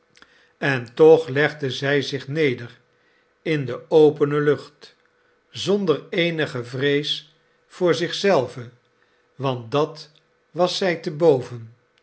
en toch legde zij zich neder in de opene lucht zonder eenige vrees voor zich zelve want dat was zij te boven